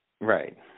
Right